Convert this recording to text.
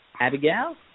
Abigail